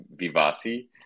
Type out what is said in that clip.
Vivasi